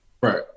Right